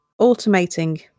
automating